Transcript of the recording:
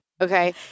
Okay